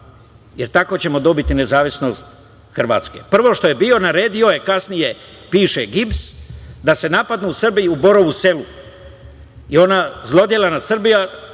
jer tako ćemo dobiti nezavisnost Hrvatske. Prvo što je bilo, naredio je kasnije, piše Gibs, da se napadnu Srbi i u Borovu selu i ona zlodela nad Srbima